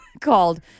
called